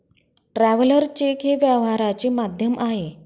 traveller cheque हे व्यवहाराचे माध्यम आहे